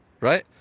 right